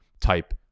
type